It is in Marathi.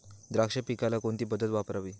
द्राक्ष पिकाला कोणती पद्धत वापरावी?